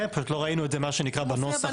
פשוט לא ראינו את זה מה שנקרא בנוסח.